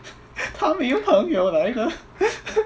她没有朋友来的